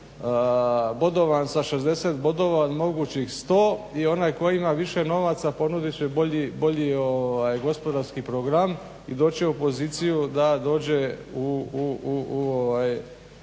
bodovan sa 60 bodova od mogućih 100 i onaj koji ima više novaca ponudit će bolji gospodarski program i doći će u poziciju da dođe